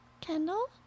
Kendall